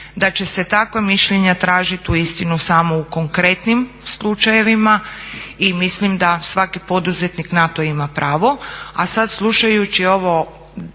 da će se takva mišljenja tražit uistinu samo u konkretnim slučajevima i mislim da svaki poduzetnik na to ima pravo. A sad slušajući ovo